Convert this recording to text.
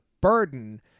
burden